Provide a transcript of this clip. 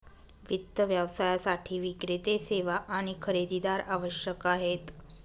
वित्त व्यवसायासाठी विक्रेते, सेवा आणि खरेदीदार आवश्यक आहेत